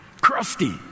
crusty